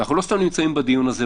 אנחנו לא סתם נמצאים בדיון הזה,